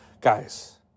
guys